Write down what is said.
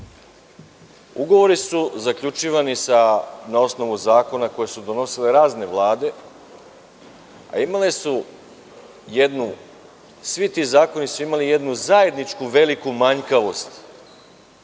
su zaključivani na osnovu zakona koje su donosile razne vlade, a svi ti zakoni su imali jednu zajedničku veliku manjkavost,